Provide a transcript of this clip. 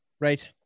Right